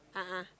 a'ah